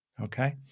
okay